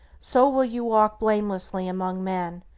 so will you walk blamelessly among men,